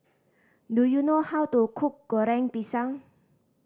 do you know how to cook Goreng Pisang